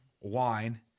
wine